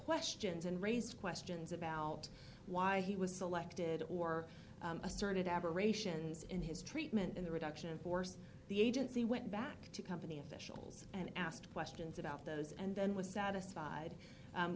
questions and raised questions about why he was selected or asserted aberrations in his treatment in the reduction of force the agency went back to company officials and asked questions about those and then was satisfied